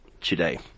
today